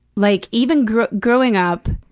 like, even growing growing up,